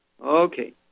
Okay